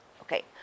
Okay